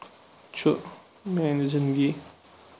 چھُ میٛانہِ زِنٛدگی